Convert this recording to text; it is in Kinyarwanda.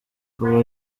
ubu